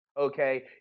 okay